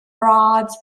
rods